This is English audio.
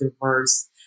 diverse